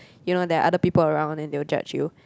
you know there're other people around and they'll judge you